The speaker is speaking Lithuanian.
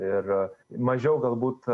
ir mažiau galbūt